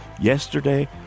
Yesterday